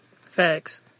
Facts